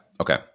Okay